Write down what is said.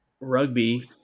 rugby